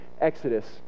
Exodus